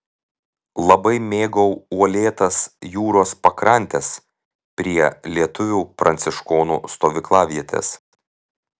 labai mėgau uolėtas jūros pakrantes prie lietuvių pranciškonų stovyklavietės